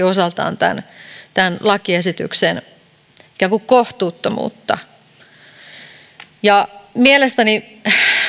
osaltaan tämän tämän lakiesityksen kohtuuttomuutta mielestäni